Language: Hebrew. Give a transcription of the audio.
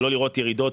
ולא לראות ירידות,